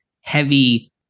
heavy